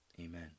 Amen